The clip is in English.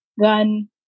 gun